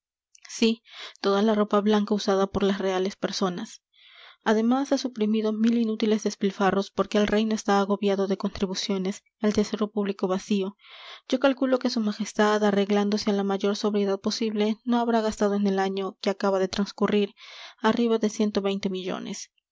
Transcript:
sí toda la ropa blanca usada por las reales personas además ha suprimido mil inútiles despilfarros porque el reino está agobiado de contribuciones el tesoro público vacío yo calculo que su majestad arreglándose a la mayor sobriedad posible no habrá gastado en el año que acaba de transcurrir arriba de ciento veinte millones